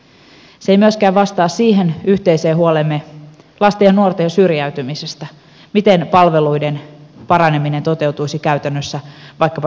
se ei myöskään vastaa siihen yhteiseen huoleemme lasten ja nuorten syrjäytymisestä miten palveluiden paraneminen toteutuisi käytännössä vaikkapa sosiaalipuolella